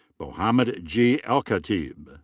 but mhamed g. elkhateeb.